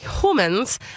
Humans